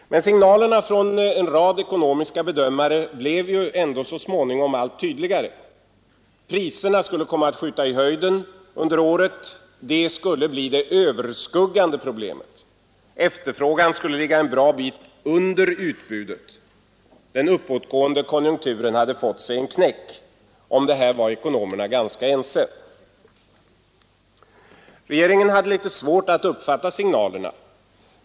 Men signalerna från en rad ekonomiska bedömare blev så småningom allt tydligare: Priserna skulle komma att skjuta i höjden under året — det skulle bli det allt överskuggande problemet. Efterfrågan skulle ligga en bra bit under utbudet. De uppåtgående konjunkturerna hade fått sig en knäck. Om detta var ekonomerna ganska ense. Regeringen hade litet svårt att uppfatta signalerna.